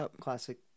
classic